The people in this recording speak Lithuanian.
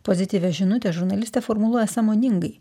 pozityvią žinutę žurnalistė formuluoja sąmoningai